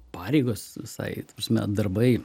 pareigos visai ta prasme darbai